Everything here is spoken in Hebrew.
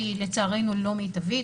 שלצערנו היא לא מיטבית.